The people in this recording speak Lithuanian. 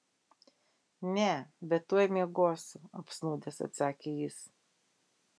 ne bet tuoj miegosiu apsnūdęs atsakė jis